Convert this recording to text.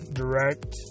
direct